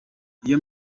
iyo